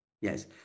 yes